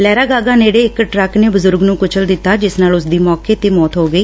ਲਹਰਾਗਾਗਾ ਨੇੜੇ ਇਕ ਟਰੱਕ ਨੇ ਬਜੁਰਗ ਨੂੰ ਕੁਚਲ ਦਿੱਤਾ ਜਿਸ ਨਾਲ ਉਸਦੀ ਮੌਕੇ ਤੇ ਮੌਤ ਹੋ ਗਈ